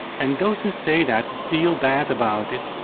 and those who say that feel bad about it.